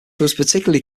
particularly